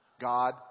God